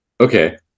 Okay